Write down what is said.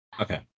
Okay